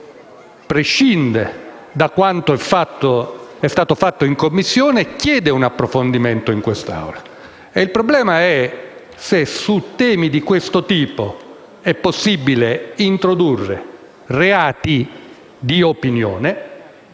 prescinde da quanto è stato fatto in Commissione e richiede un approfondimento in quest'Aula: il problema è se su temi di questo tipo sia possibile introdurre reati di opinione,